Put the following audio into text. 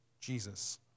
Jesus